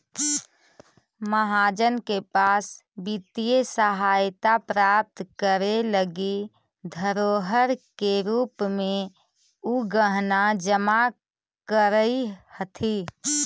महाजन के पास वित्तीय सहायता प्राप्त करे लगी धरोहर के रूप में उ गहना जमा करऽ हथि